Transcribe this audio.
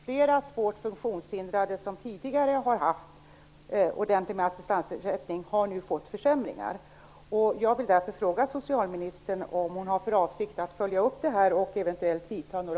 Flera svårt funktionshindrade som tidigare har haft rejäl assistansersättning har nu fått försämringar.